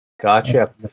Gotcha